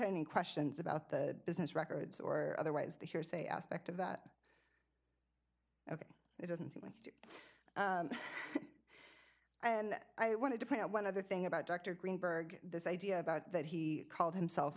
had any questions about the business records or otherwise the hearsay aspect of that ok it doesn't seem like to and i wanted to point out one other thing about dr greenberg this idea about that he called himself